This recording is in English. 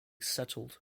settled